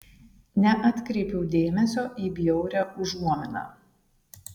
neatkreipiau dėmesio į bjaurią užuominą